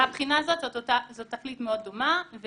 מהבחינה הזאת, זאת תכלית מאוד דומה.